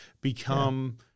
become